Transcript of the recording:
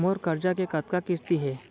मोर करजा के कतका किस्ती हे?